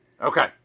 Okay